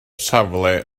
safle